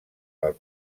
del